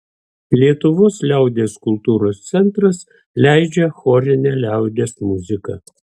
lietuvos liaudies kultūros centras leidžia chorinę liaudies muziką